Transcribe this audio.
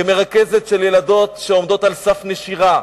כמרכזת של ילדות שעומדות על סף נשירה,